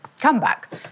comeback